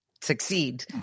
succeed